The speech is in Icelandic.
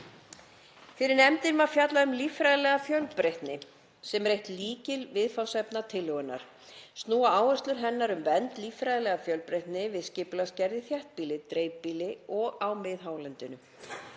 Fyrir nefndinni var fjallað um líffræðilega fjölbreytni, sem er eitt lykilviðfangsefna tillögunnar. Snúa áherslur hennar að vernd líffræðilegrar fjölbreytni við skipulagsgerð í þéttbýli, dreifbýli og á miðhálendinu.